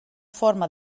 forma